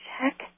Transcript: check